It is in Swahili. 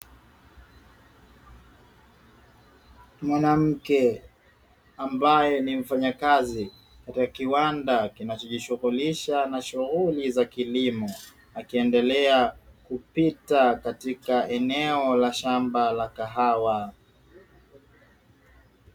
Mwanamke ambaye ni mfanyakazi katika kiwanda kinachojishughulisha na shughuli za kilimo, akiendelea kupita katika eneo la shamba la kahawa.